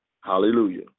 Hallelujah